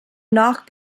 knock